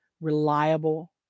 reliable